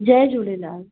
Jay Jhulelal